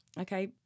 Okay